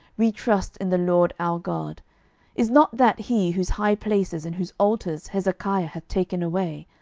we trust in the lord our god is not that he, whose high places and whose altars hezekiah hath taken away,